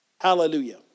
Hallelujah